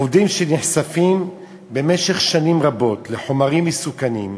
עובדים שנחשפים במשך שנים רבות לחומרים מסוכנים,